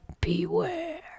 Beware